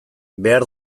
behar